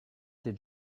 did